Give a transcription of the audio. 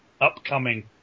upcoming